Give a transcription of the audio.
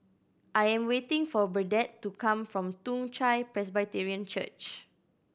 I am waiting for Burdette to come from Toong Chai Presbyterian Church